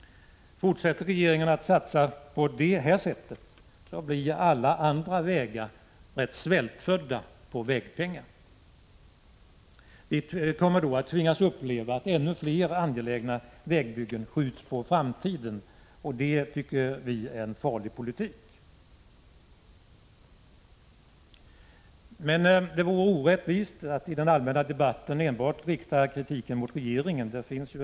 Fortsätter regeringen att satsa på det sättet blir alla andra vägar rätt svältfödda på vägpengar. Vi kommer i så fall att tvingas uppleva att ännu fler angelägna vägbyggen skjuts på framtiden. Det tycker vi är en farlig politik. Det vore orättvist att i den allmänna debatten rikta kritik enbart mot regeringen.